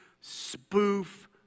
spoof